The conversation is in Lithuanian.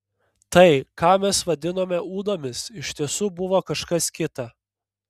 tai ką mes vadinome ūdomis iš tiesų buvo kažkas kita